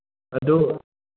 ꯑꯗꯨ